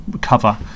cover